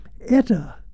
ETA